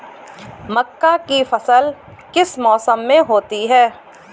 मक्का की फसल किस मौसम में होती है?